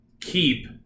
keep